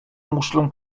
muszlę